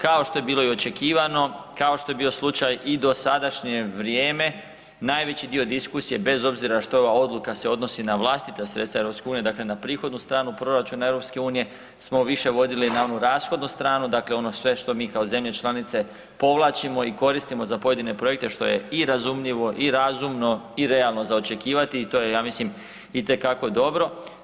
Kao što je bilo i očekivano kao što je bio slučaj i do sadašnje vrijeme, najveći dio diskusije bez obzira što ova odluka se odnosi na vlastita sredstva EU dakle na prihodnu stranu proračuna EU smo više vodili na onu rashodnu stranu, dakle ono sve što mi kao zemlje članice povlačimo i koristimo za pojedine projekte što je i razumljivo i razumno i realno za očekivati i to je ja mislim itekako dobro.